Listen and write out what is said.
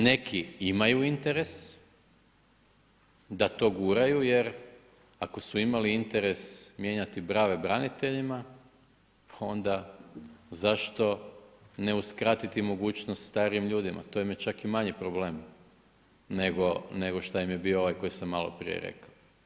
Neki imaju interes da to guraju, jer ako su imali interes mijenjati brave braniteljima, onda zašto, ne uskratiti mogućnost starim ljudima, to im je čak i manji probleme, nego šta im je bio ovaj koji sam maloprije rekao.